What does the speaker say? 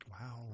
Wow